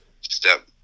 step